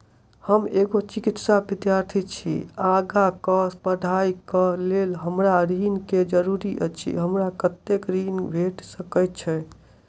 हम एगो चिकित्सा विद्यार्थी छी, आगा कऽ पढ़ाई कऽ लेल हमरा ऋण केँ जरूरी अछि, हमरा कत्तेक ऋण भेट सकय छई?